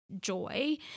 joy